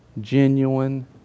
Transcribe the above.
Genuine